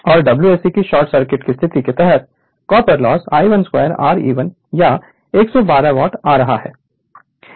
और WSC कि short circuit की स्थिति के तहत कॉपर लॉस I12 Re1 यह 112 वाट आ रहा है